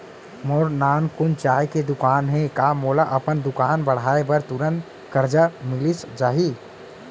मोर नानकुन चाय के दुकान हे का मोला अपन दुकान बढ़ाये बर तुरंत करजा मिलिस जाही?